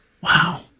Wow